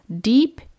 deep